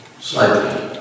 slightly